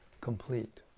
complete